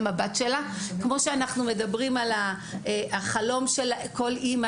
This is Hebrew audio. כמו שאנחנו מדברות על החלום שך כל אימא,